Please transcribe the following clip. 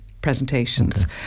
presentations